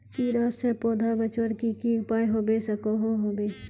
कीड़ा से पौधा बचवार की की उपाय होबे सकोहो होबे?